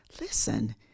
Listen